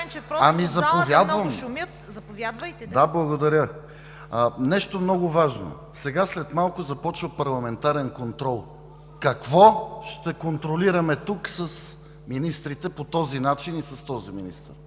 ИВАН ЧЕНЧЕВ: Да, благодаря. Нещо много важно. Сега след малко започва парламентарният контрол. Какво ще контролираме тук с министрите по този начин и с този министър?